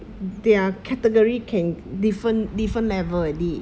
their category can different different level already